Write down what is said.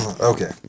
Okay